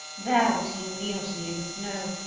there would he kneel to me in the snow,